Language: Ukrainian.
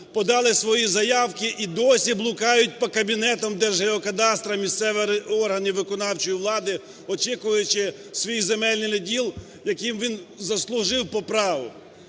подали свої заявки і досі блукають по кабінетам Держгеокадастру, місцевим органам виконавчої влади, очікуючи свій земельний наділ, який він заслужив по праву.